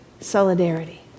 solidarity